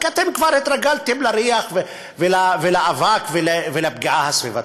כי כבר התרגלתם לריח ולאבק ולפגיעה הסביבתית.